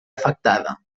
afectada